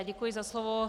Děkuji za slovo.